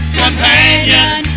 companion